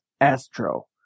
Astro